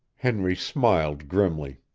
henry smiled grimly.